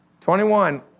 21